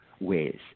ways